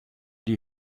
die